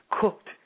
cooked